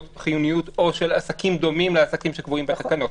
או של עסקים דומים לעסקים שקבועים בתקנות.